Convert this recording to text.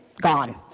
Gone